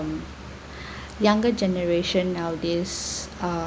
um younger generation nowadays uh